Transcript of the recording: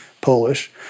Polish